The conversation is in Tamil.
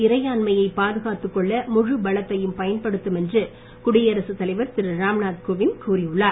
இறையாண்மையை பாதுகாத்துக் கொள்ள முழு பலத்தையும் பயன்படுத்தும் என்று குடியரசு தலைவர் திரு ராம்நாத்கோவிந்த் கூறி உள்ளார்